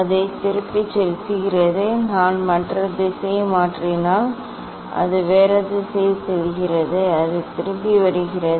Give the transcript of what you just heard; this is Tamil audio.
அது திரும்பிச் செல்கிறது நான் மற்ற திசையை மாற்றினால் அது வேறு திசையில் செல்கிறது அது திரும்பி வருகிறது